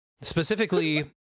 Specifically